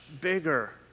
bigger